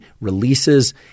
releases